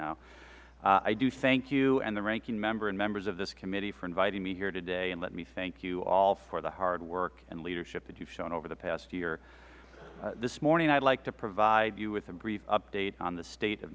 now i do thank you and the ranking member and members of this committee for inviting me here today and let me thank you all for the hard work and leadership that you have shown over the past year this morning i would like to provide you with a brief update on the state of